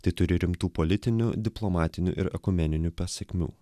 tai turi rimtų politinių diplomatinių ir ekumeninių pasekmių